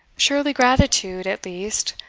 surely gratitude, at least,